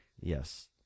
Yes